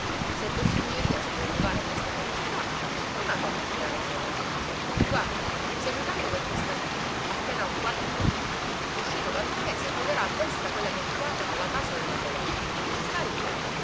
se vossignoria si vuol levare questa curiosità non ha da camminare molto guardi seguitando per questa via appena a un quarto di miglio uscito dal paese troverà a destra quella che chiamano la casa della colonna sta lì